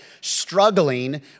struggling